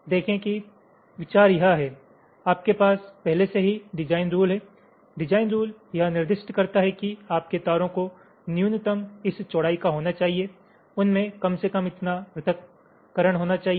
देखें कि विचार यह है आपके पास पहले से ही डिजाइन रुल हैं डिजाइन रुल यह निर्दिष्ट करता है कि आपके तारों को न्यूनतम इस चौड़ाई का होना चाहिए उनमे कम से कम इतना पृथक्करण होना चाहिए